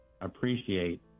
appreciate